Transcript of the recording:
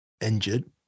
injured